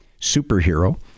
superhero